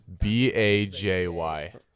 B-A-J-Y